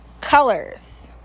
colors